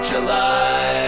July